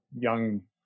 young